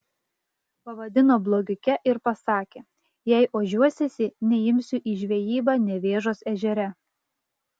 pavadino blogiuke ir pasakė jei ožiuosiesi neimsiu į žvejybą nevėžos ežere